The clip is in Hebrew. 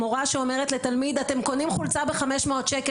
מורה שאומרת לתלמיד "אתם קונים חולצה ב- 500 ש"ח,